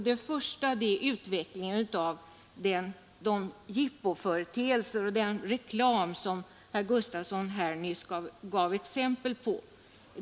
Den första är de jippon och den reklam som herr Gustavsson i Ängelholm nyss gav exempel på.